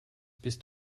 bist